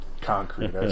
concrete